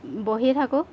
বহিয়ে থাকোঁ